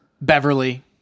Beverly